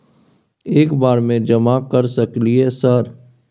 एक बार में जमा कर सके सकलियै सर?